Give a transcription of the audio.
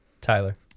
Tyler